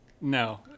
No